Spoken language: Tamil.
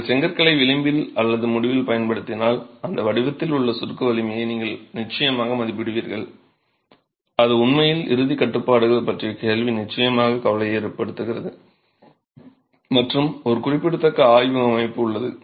நீங்கள் செங்கற்களை விளிம்பில் அல்லது முடிவில் பயன்படுத்தினால் அந்த வடிவத்தில் உள்ள சுருக்க வலிமையை நீங்கள் நிச்சயமாக மதிப்பிடுவீர்கள் அது உண்மையில் இறுதிக் கட்டுப்பாடுகள் பற்றிய கேள்வி நிச்சயமாக கவலையை ஏற்படுத்துகிறது மற்றும் ஒரு குறிப்பிடத்தக்க ஆய்வு அமைப்பு உள்ளது